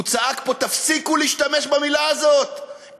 הוא צעק פה: תפסיקו להשתמש במילה הזאת,